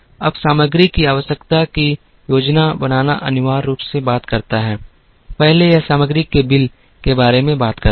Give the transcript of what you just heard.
अब सामग्री की आवश्यकता की योजना बनाना अनिवार्य रूप से बात करता है पहले यह सामग्री के बिल के बारे में बात करता है